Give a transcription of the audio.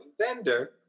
vendor